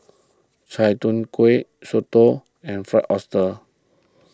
Chai Tow Kuay Soto and Fried Oyster